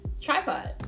tripod